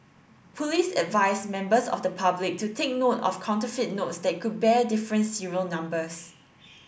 police advised members of the public to take note of counterfeit notes that could bear different serial numbers